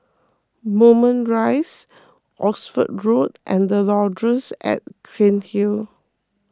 Moulmein Rise Oxford Road and the Laurels at Cairnhill